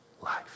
life